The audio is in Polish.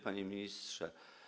Panie Ministrze!